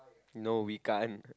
no we can't